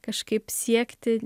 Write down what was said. kažkaip siekti